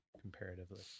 comparatively